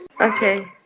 Okay